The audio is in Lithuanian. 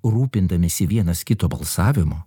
rūpindamiesi vienas kito balsavimu